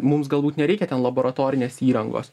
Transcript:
mums galbūt nereikia ten laboratorinės įrangos